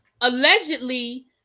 allegedly